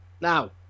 now